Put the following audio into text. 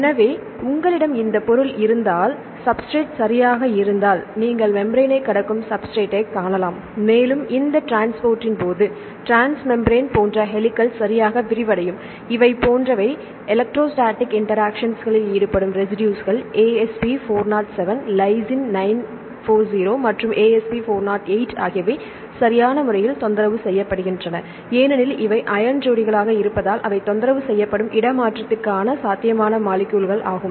எனவே உங்களிடம் இந்த பொருள் இருந்தால் சப்ஸ்ட்ரேட் சரியாக இருந்தால் நீங்கள் மேம்பிரான்னைக் கடக்கும் சப்ஸ்ட்ரேட்டைக் காணலாம் மேலும் இந்த டிரான்ஸ்போர்ட்டின் போது டிரான்ஸ்மேம்பிரேன் போன்ற ஹெலிக்ஸ் சரியாக விரிவடையும் இவை போன்றவை எலெக்ட்ரோஸ்டாட்டிக் இன்டெரெக்ஷன்ஸ்ல் ஈடுபடும் ரெசிடுஸ்கள் Asp 407 Lys 940 மற்றும் Asp 408 ஆகியவை சரியான முறையில் தொந்தரவு செய்யப்படுகின்றன ஏனெனில் இவை அயன் ஜோடிகளாக இருப்பதால் அவை தொந்தரவு செய்யப்படும் இடமாற்றத்திற்கான சாத்தியமான மாலிக்யூல்கள் ஆகும்